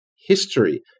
history